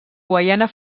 guaiana